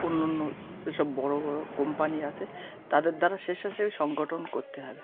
অন্য অন্য ওই সব বড়ো বড়ো কোম্পানি আছে তাদের দ্বারা স্বেচ্ছাসেবী সংগঠন করতে হবে